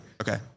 Okay